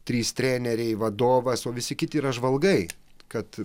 trys treneriai vadovas o visi kiti yra žvalgai kad